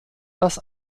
dass